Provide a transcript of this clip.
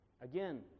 again